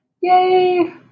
Yay